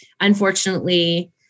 Unfortunately